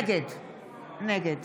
נגד